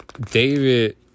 David